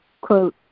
quote